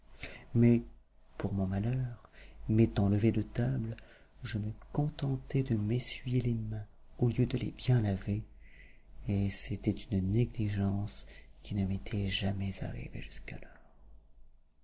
mais pour mon malheur m'étant levé de table je me contentai de m'essuyer les mains au lieu de les bien laver et c'était une négligence qui ne m'était jamais arrivée